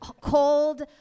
cold